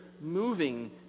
moving